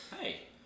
hey